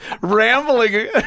rambling